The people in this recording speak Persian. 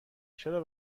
چرا